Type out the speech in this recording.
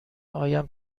آیم